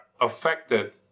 affected